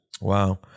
Wow